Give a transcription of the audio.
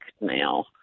now